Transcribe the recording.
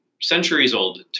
centuries-old